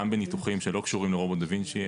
גם בניתוחים שלא קשורים לרובוט דה וינצ'י,